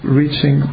reaching